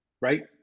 right